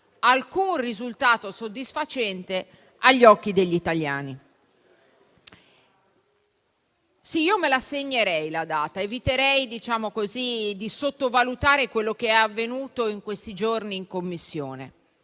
alcun risultato soddisfacente agli occhi degli italiani. Io me la segnerei la data ed eviterei di sottovalutare quello che è avvenuto in questi giorni in Commissione,